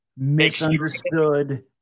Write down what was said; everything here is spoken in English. misunderstood